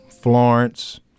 Florence